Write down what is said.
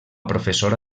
professora